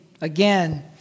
again